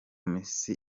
minsi